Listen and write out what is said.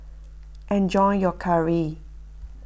enjoy your Curry